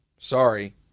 Sorry